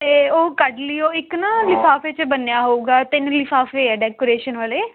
ਅਤੇ ਉਹ ਕੱਢ ਲੀਓ ਉਹ ਇੱਕ ਨਾ ਲਿਫਾਫੇ 'ਚ ਬੰਨਿਆ ਹੋਊਗਾ ਤਿੰਨ ਲਿਫਾਫੇ ਆ ਡੈਕੋਰੇਸ਼ਨ ਵਾਲੇ